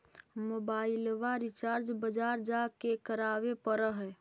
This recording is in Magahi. मोबाइलवा रिचार्ज बजार जा के करावे पर है?